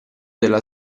della